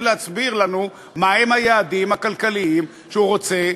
להסביר לנו מה הם היעדים הכלכליים שהוא רוצה,